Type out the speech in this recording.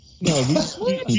No